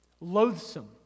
loathsome